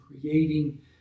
creating